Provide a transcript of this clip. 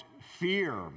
fear